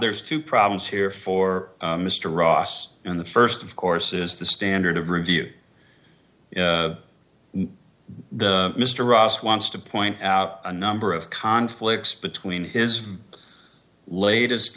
there's two problems here for mr ross and the st of course is the standard of review mr ross wants to point out a number of conflicts between his latest